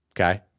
okay